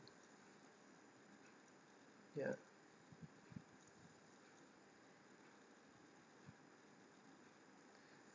ya